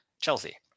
Chelsea